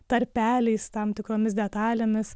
tarpeliais tam tikromis detalėmis